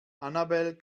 annabel